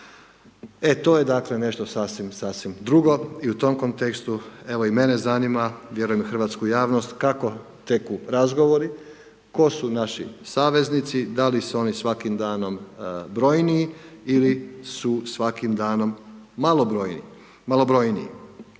E to je dakle, nešto sasvim sasvim drugo i u tom kontekstu i mene zanima, vjerujem i hrvatsku javnost, kako teku razgovori, tko su naši saveznici, da li su oni svakim danom brojniji ili su svakim danom malobrojniji.